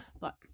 but-